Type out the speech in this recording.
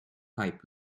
pipe